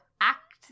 act